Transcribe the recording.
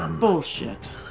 Bullshit